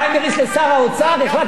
החלטתי להרוס גם לכם את הפריימריס.